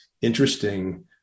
interesting